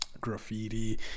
graffiti